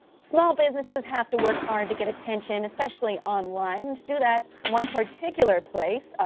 small businesses have to work hard to get attention especially online. to do that one particular place,